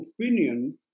opinion